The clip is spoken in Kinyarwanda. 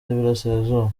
y’iburasirazuba